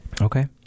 okay